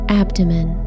abdomen